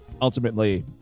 ultimately